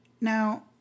Now